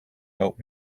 help